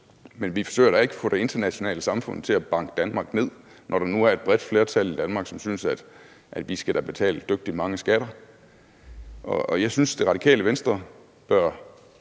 men vi forsøger ikke at få det internationale samfund til at banke Danmark ned, når der nu er et bredt flertal i Danmark, som synes, at vi da skal betale dygtig mange skatter. Jeg synes, Det Radikale Venstre bør